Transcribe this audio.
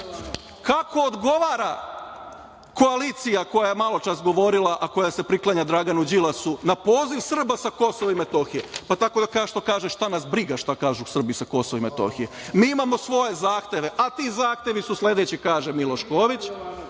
odgovara koalicija koja je maločas govorila, a koja se priklanja Draganu Đilasu, na poziv Srba sa Kosova i Metohije, pa tako što kaže, šta nas briga šta kažu Srbi sa Kosova i Metohije, mi imamo svoje zahteve, a ti zahtevi su sledeći, kaže Miloš Ković,